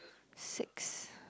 six